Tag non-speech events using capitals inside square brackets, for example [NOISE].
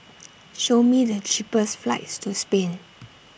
[NOISE] Show Me The cheapest flights to Spain